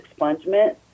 expungement